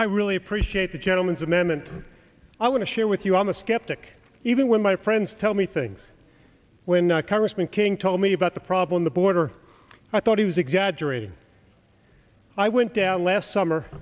i really appreciate the gentleman's amendment i want to share with you i'm a skeptic even when my friends tell me things when congressman king told me about the problem the border i thought he was exaggerating i went down last summer